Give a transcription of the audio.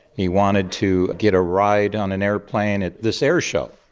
he wanted to get a ride on an aeroplane at this air show.